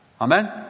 Amen